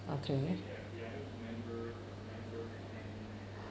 okay